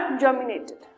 germinated